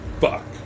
Fuck